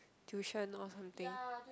tuition or something